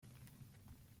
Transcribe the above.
nan